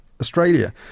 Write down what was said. Australia